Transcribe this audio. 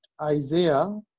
Isaiah